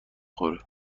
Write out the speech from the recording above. خوره